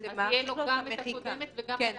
תהיה לו גם הקודמת וגם החדשה?